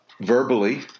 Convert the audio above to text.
verbally